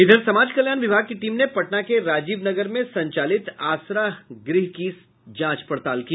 इधर समाज कल्याण विभाग की टीम ने पटना के राजीवनगर में संचालित आसरा गृह की जांच पड़ताल की